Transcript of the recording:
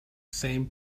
same